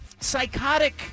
psychotic –